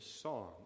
song